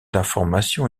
d’information